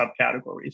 subcategories